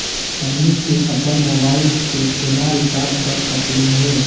हमनी के अपन मोबाइल के केना रिचार्ज कर सकली हे?